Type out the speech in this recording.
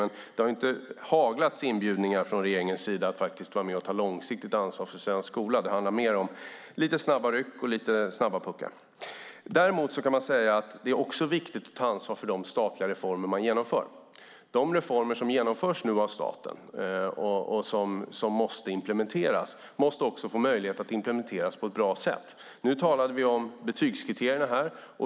Men det har från regeringens sida inte haglat inbjudningar att vara med och ta långsiktigt ansvar för svensk skola. Det handlar mer om lite snabba ryck och snabba puckar. Däremot kan man säga att det också är viktigt att ta ansvar för de statliga reformer man genomför. De reformer som nu genomförs av staten och som måste implementeras måste också få möjlighet att implementeras på ett bra sätt. Nu talade vi om betygskriterierna.